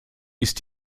ist